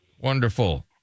Wonderful